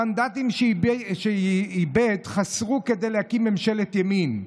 המנדטים שאיבד חסרו כדי להקים ממשלת ימין.